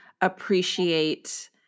appreciate